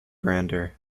grander